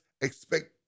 expect